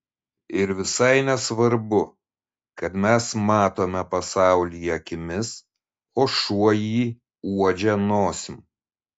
ir visai nesvarbu kad mes matome pasaulį akimis o šuo jį uodžia nosim